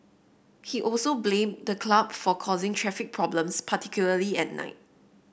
he also blamed the club for causing traffic problems particularly at night